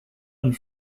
and